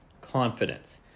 confidence